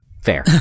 Fair